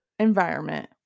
environment